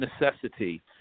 necessity